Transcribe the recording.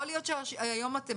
יכול להיות שהיום אתם,